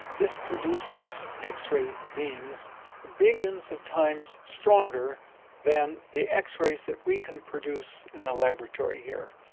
this produces x-ray beams billions of times stronger than the x-rays that we can produce in the laboratory here.